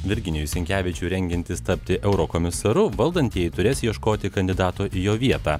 virginijui sinkevičiui rengiantis tapti eurokomisaru valdantieji turės ieškoti kandidato į jo vietą